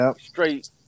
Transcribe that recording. straight